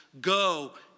go